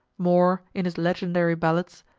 moore, in his legendary ballads,